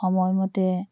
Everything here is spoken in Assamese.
সময়মতে